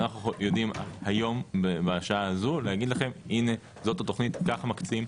שאנחנו יודעים היום בשעה הזו להגיד לכם הנה זאת התוכנית ככה מקצים?